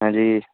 ਹਾਂਜੀ